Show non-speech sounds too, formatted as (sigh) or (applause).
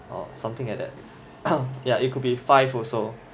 ah something like (coughs) yeah it could be five also